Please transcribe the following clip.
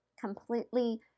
completely